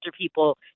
people